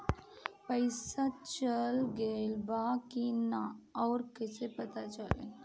पइसा चल गेलऽ बा कि न और कइसे पता चलि?